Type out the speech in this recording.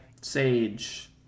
sage